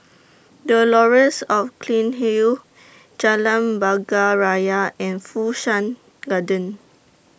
The Laurels Or Cairnhill Jalan Bunga Raya and Fu Shan Garden